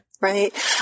Right